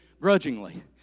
Grudgingly